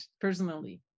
personally